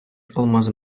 алмази